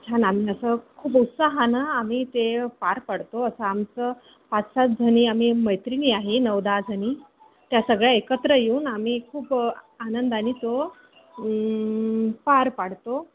छान आम्ही असं खूप उत्साहानं आम्ही ते पार पाडतो असं आमचं पाच सात जणी आम्ही मैत्रिणी आहे नऊ दहा जणी त्या सगळ्या एकत्र येऊन आम्ही खूप आनंदाने तो पार पाडतो